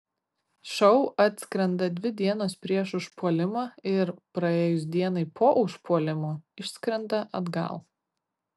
šou atskrenda dvi dienos prieš užpuolimą ir praėjus dienai po užpuolimo išskrenda atgal